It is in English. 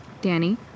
Danny